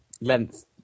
length